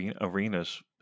arenas